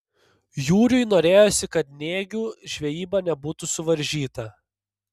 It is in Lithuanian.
jūriui norėjosi kad nėgių žvejyba nebūtų suvaržyta